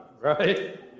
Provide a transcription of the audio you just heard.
right